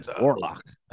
warlock